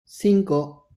cinco